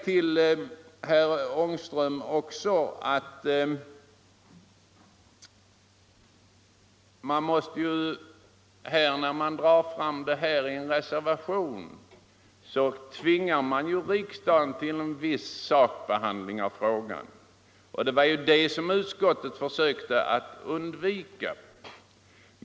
Till herr Ångström vill jag säga att när man drar fram denna fråga i en reservation tvingar man ju riksdagen till en viss sakbehandling, som i detta fall kommer att sluta med avslag på reservationen. Det var detta som utskottet försökte undvika.